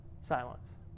Silence